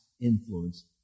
influence